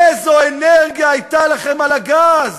איזו אנרגיה הייתה לכם על הגז.